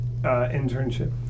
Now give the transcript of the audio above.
internship